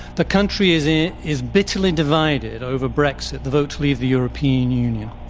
the country is ah is bitterly divided over brexit, the vote to leave the european union.